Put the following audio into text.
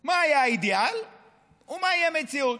על מה היה האידיאל ומהי המציאות.